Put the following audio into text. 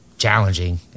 Challenging